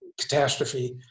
catastrophe